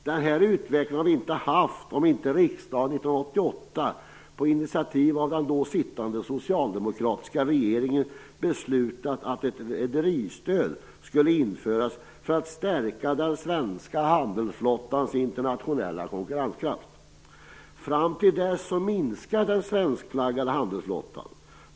Den här utvecklingen hade vi inte haft om inte riksdagen 1988, på initiativ av den då sittande socialdemokratiska regeringen, beslutat att ett rederistöd skulle införas för att stärka den svenska handelsflottans internationella konkurrenskraft. Fram till dess minskade den svenskflaggade handelsflottan.